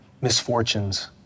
misfortunes